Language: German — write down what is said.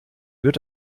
wird